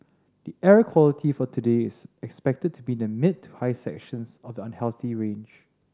the air quality for today is expected to be in the mid to high sections of the unhealthy range